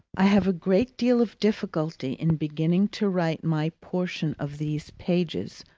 i have a great deal of difficulty in beginning to write my portion of these pages,